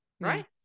right